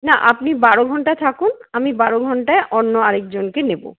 না আপনি বারো ঘন্টা থাকুন আমি বারো ঘন্টায় অন্য আরেকজনকে নেব